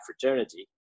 fraternity